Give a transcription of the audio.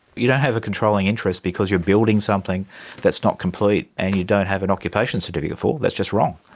you don't have a controlling interest because you're building something that's not complete and you don't have an occupation certificate for, that's just wrong.